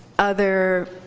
other